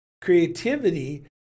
creativity